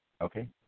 okay